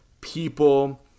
people